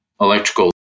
electrical